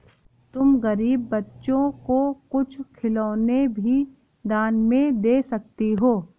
तुम गरीब बच्चों को कुछ खिलौने भी दान में दे सकती हो